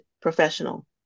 professional